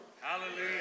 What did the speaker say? Hallelujah